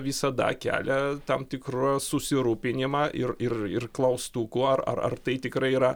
visada kelia tam tikrą susirūpinimą ir ir ir klaustukų ar ar tai tikrai yra